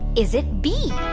is it b.